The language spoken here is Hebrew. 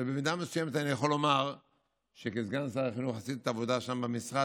ובמידה מסוימת אני יכול לומר שכסגן שר החינוך עשיתי עבודה שם במשרד,